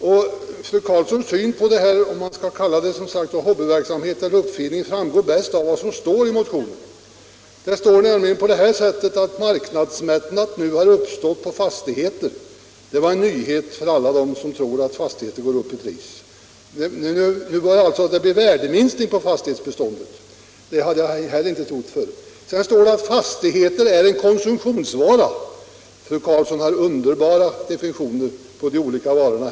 Fru Karlssons sätt att se på den här frågan — om man nu skall kalla det hobbyverksamhet eller uppfinning — framgår bäst av vad som står i motionen, nämligen att ”marknadsmättnad nu uppnåtts med fastigheter”. Det var en nyhet för alla dem som tror att fastigheter går upp i pris. Det blir alltså enligt fru Karlsson en värdeminskning på fastig hetsbeståndet. Det hade jag inte heller trott förut. Vidare står det i motionen: ”Fastigheter är en konsumtionsvara ——=-.” Fru Karlsson har underbara definitioner på de olika varorna.